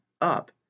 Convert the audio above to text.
up